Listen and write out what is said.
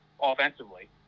offensively